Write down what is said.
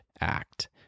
act